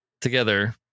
together